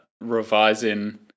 revising